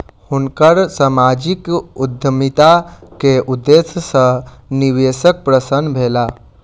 हुनकर सामाजिक उद्यमिता के उदेश्य सॅ निवेशक प्रसन्न भेला